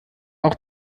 auch